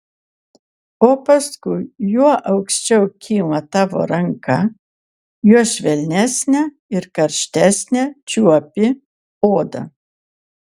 o paskui juo aukščiau kyla tavo ranka juo švelnesnę ir karštesnę čiuopi odą